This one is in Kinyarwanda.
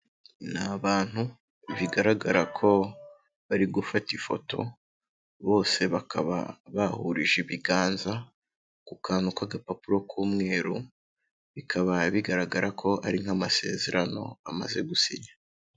Ni abantu bigaragara ko bari gufata ifoto, bose bakaba bahurije ibiganza ku kantu k'agapapuro k'umweru, bikaba bigaragara ko ari nk'amasezerano bamaze gusinya.